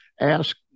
ask